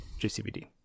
JCBD